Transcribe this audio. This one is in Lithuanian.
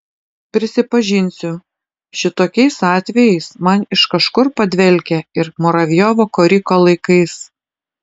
prisipažinsiu šitokiais atvejais man iš kažkur padvelkia ir muravjovo koriko laikais